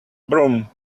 broom